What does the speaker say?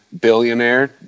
billionaire